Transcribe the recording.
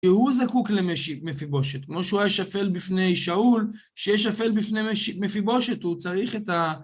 כי הוא זקוק למפיבושת, כמו שהוא היה שפל בפני שאול, שיהיה שפל בפני מפיבושת, הוא צריך את ה...